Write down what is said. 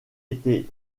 était